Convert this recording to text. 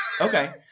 Okay